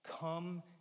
come